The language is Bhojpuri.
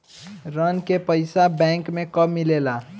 ऋण के पइसा बैंक मे कब मिले ला?